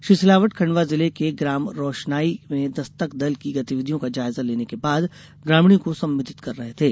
श्री सिलावट खण्डवा जिले के ग्राम रोशनाई में दस्तक दल की गतिविधियों का जायजा लेने के बाद ग्रामीणों को संबोधित कर रहे थे